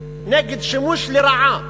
נגד שימוש לרעה